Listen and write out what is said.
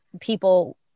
people